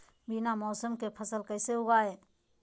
बिना मौसम के फसल कैसे उगाएं?